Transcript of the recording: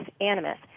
animus